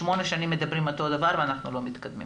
שמונה שנים מדברים אותו דבר ואנחנו לא מתקדמים.